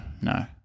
no